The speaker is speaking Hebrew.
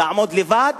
תעמוד לבד,